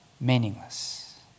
meaningless